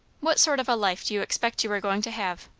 what sort of a life do you expect you are going to have?